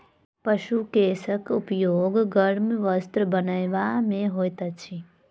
पशु केशक उपयोग गर्म वस्त्र बनयबा मे होइत अछि